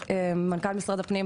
מנכ"ל משרד הפנים,